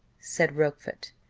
said rochfort.